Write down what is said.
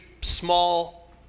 small